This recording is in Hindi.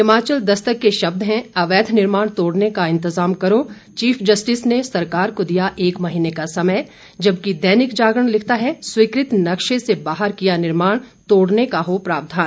हिमाचल दस्तक के शब्द हैं अवैध निर्माण तोड़ने का इंतजाम करो चीफ जस्टिस ने सरकार को दिया एक महीने का समय जबकि दैनिक जागरण लिखता है स्वीकृत नक्शे से बाहर किया निर्माण तोड़ने का हो प्रावधान